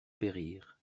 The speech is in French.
périr